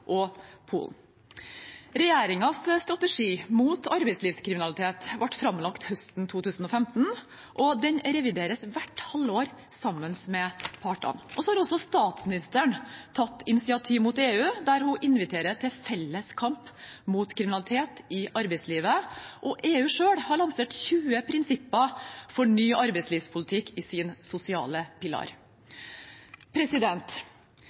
og Polen. Regjeringens strategi mot arbeidslivskriminalitet ble framlagt høsten 2015, og den revideres hvert halvår sammen med partene. Statsministeren har tatt initiativ overfor EU, der hun inviterer til felles kamp mot kriminalitet i arbeidslivet. EU selv har lansert 20 prinsipper for ny arbeidslivspolitikk i sin sosiale